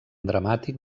dramàtic